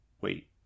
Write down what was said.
Wait